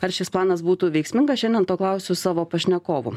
ar šis planas būtų veiksminga šiandien to klausiu savo pašnekovų